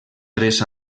tres